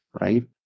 right